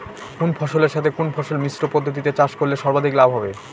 কোন ফসলের সাথে কোন ফসল মিশ্র পদ্ধতিতে চাষ করলে সর্বাধিক লাভ হবে?